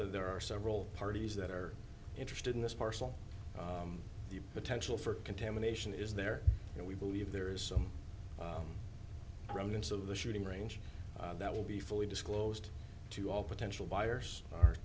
that there are several parties that are interested in this parcel the potential for contamination is there and we believe there is some remnants of the shooting range that will be fully disclosed to all potential buyers our